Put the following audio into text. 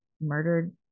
murdered